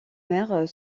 mer